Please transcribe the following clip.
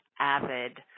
avid